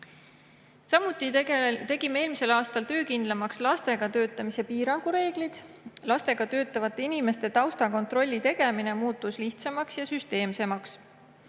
Samuti tegime eelmisel aastal töökindlamaks lastega töötamise piirangu reeglid. Lastega töötavate inimeste taustakontrolli tegemine muutus lihtsamaks ja süsteemsemaks.